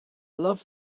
love